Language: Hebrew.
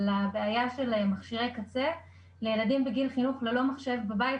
לבעיה של מכשירי קצה לילדים בגיל חינוך ללא מחשב בבית.